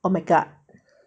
oh my god